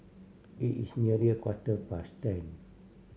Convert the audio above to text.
it is nearly a quarter past ten